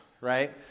right